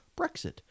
Brexit